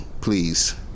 Please